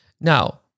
Now